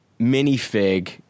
minifig